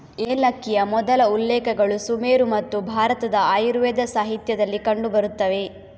ಏಲಕ್ಕಿಯ ಮೊದಲ ಉಲ್ಲೇಖಗಳು ಸುಮೇರು ಮತ್ತು ಭಾರತದ ಆಯುರ್ವೇದ ಸಾಹಿತ್ಯದಲ್ಲಿ ಕಂಡು ಬರುತ್ತವೆ